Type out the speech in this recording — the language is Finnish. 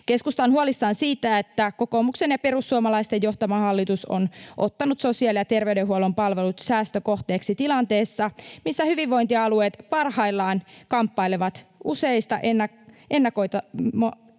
Keskusta on huolissaan siitä, että kokoomuksen ja perussuomalaisten johtama hallitus on ottanut sosiaali- ja terveydenhuollon palvelut säästökohteeksi tilanteessa, missä hyvinvointialueet parhaillaan kamppailevat useista ennakoimattomista